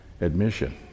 admission